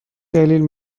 دلیل